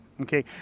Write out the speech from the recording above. Okay